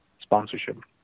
sponsorship